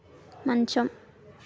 మంచం